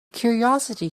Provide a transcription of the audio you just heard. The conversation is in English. curiosity